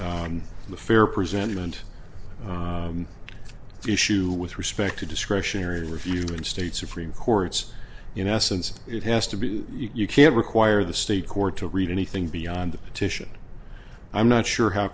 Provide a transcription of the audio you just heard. on the fair presentiment issue with respect to discretionary review and state supreme courts you know essence it has to be you can't require the state court to read anything beyond the petition i'm not sure how